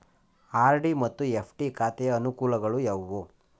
RD ಮತ್ತು FD ಖಾತೆಯ ಅನುಕೂಲಗಳು ಯಾವುವು?